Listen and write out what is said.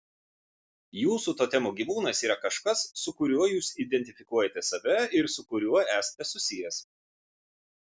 jūsų totemo gyvūnas yra kažkas su kuriuo jūs identifikuojate save ir su kuriuo esate susijęs